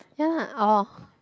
ya lah oh